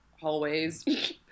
hallways